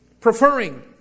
preferring